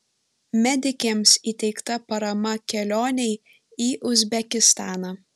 medikėms įteikta parama kelionei į uzbekistaną